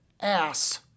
ass